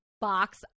box